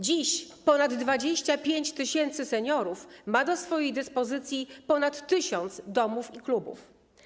Dziś ponad 25 tys. seniorów ma do swojej dyspozycji ponad 1000 domów i klubów.